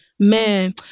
Man